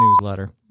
newsletter